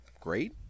great